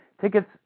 Tickets